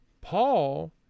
paul